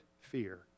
fear